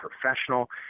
professional